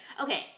Okay